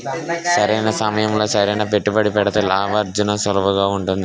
సరైన సమయంలో సరైన పెట్టుబడి పెడితే లాభార్జన సులువుగా ఉంటుంది